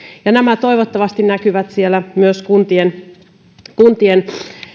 ja nämä toivottavasti näkyvät myös siellä kuntien